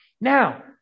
Now